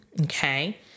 Okay